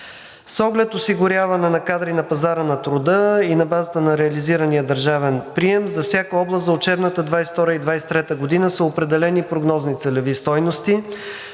С оглед осигуряване на кадри на пазара на труда и на базата на реализирания държавен прием за всяка област за учебната 2022-а и 2023 г. са определени прогнозни целеви стойности